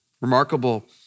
Remarkable